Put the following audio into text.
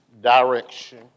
direction